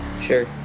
Sure